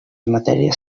matèries